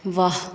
वाह